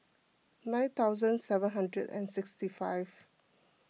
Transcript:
nine thousand seven hundred and sixty five